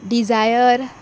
Dzire